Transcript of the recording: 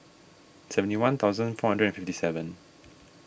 seventy one thousand four hundred and fifty seven